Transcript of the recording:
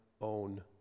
own